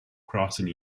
crossing